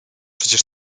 przecież